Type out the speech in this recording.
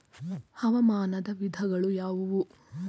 ಹವಾಮಾನದ ವಿಧಗಳು ಯಾವುವು?